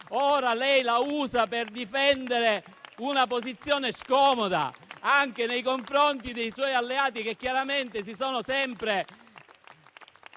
ora lei la usa per difendere una posizione scomoda anche nei confronti dei suoi alleati, che chiaramente si sono sempre